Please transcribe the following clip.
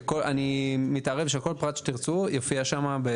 עד שאני מתערב שכל פרט שתרצו יופיע בו.